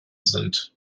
sind